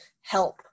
help